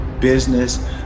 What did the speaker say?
business